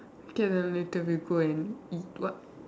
k later then we go and eat what